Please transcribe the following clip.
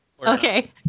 okay